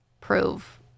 prove